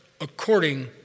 according